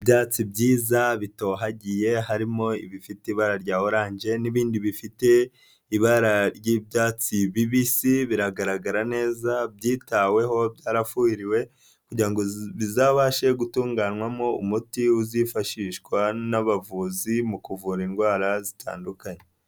Ibyatsi byiza bitohagiye, harimo ibifite ibara rya orange, n'ibindi bifite ibara ry'icyatsi kibisi, biragaragara neza, byitaweho, byaruhiriwe, kugira ngo bizabashe gutunganywamo umuti uzifashishwa n'abavuzi, mu kuvura indwara zitandukanye.